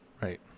Right